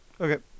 Okay